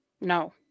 No